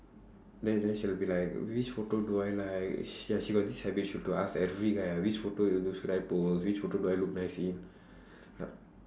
then then she will be like which photo do I like ya she got this habit she have to ask every guy uh which photo should I post which photo do I look nice in